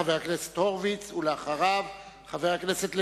חבר הכנסת הורוביץ, ואחריו, חבר הכנסת לוין.